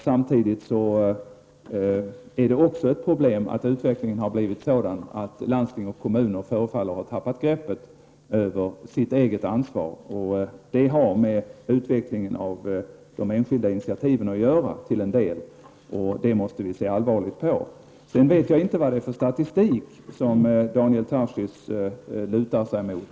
Samtidigt är det också ett problem att utvecklingen har blivit sådan att landsting och kommuner förefaller ha tappat greppet över sitt eget ansvar. Det har till en del med utvecklingen av de enskilda initiativen att göra, och det måste vi se allvarligt på. Jag vet inte vad det är för statistik som Daniel Tarschys lutar sig mot.